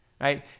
right